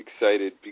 excited